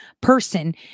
person